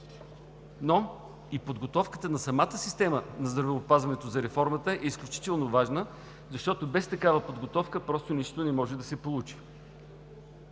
Но и подготовката на самата система на здравеопазването за реформата е изключително важна, защото без такава подготовка просто нищо не може да се получи.